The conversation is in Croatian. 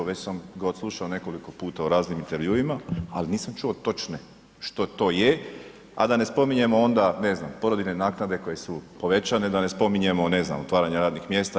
Već sam ga odslušao nekoliko puta u raznim intervjuima, ali nisam čuo točno što to je, a da ne spominjemo onda porodiljne naknade koje su povećane, da ne spominjemo ne znam otvaranje radnih mjesta.